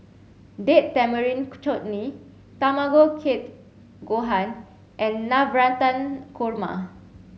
Date Tamarind Chutney Tamago Kake Gohan and Navratan Korma